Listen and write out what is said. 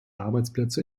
arbeitsplätze